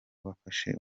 wafashe